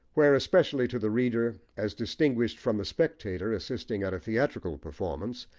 where, especially to the reader, as distinguished from the spectator assisting at a theatrical performance,